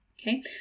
Okay